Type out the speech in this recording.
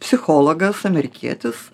psichologas amerikietis